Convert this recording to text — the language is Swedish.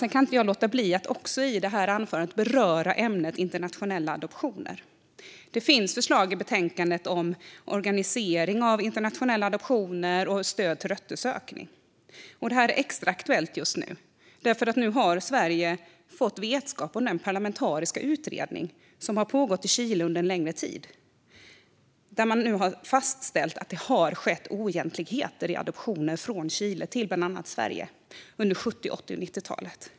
Jag kan inte låta bli att i detta anförande också beröra ämnet internationella adoptioner. Det finns förslag i betänkandet om organisering av internationella adoptioner och stöd till att söka sina rötter. Detta är extra aktuellt just nu, för nu har Sverige fått vetskap om den parlamentariska utredning som har pågått i Chile under en längre tid. Man har nu fastställt att det har skett oegentligheter i adoptioner från Chile till bland annat Sverige under 70, 80 och 90-talen.